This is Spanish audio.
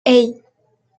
hey